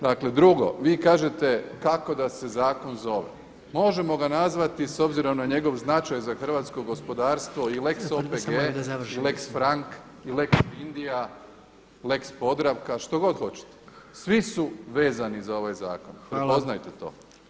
Dakle, drugo, vi kažete kako da se zakon zove, možemo ga nazvati s obzirom na njegov značaj za hrvatsko gospodarstvo i lex OPG i lex Frank, lex Vindija, lex Podravka što god hoćete, svi su vezani za ovaj zakon, upoznajte to.